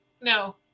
No